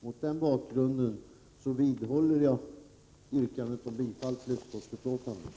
Mot den bakgrunden vidhåller jag yrkandet om bifall till utskottets hemställan.